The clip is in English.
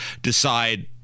decide